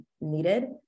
needed